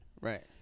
Right